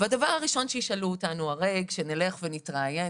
והדבר הראשון שישאלו אותנו הרי כשנלך ונתראיין